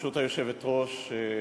ברשות היושבת-ראש,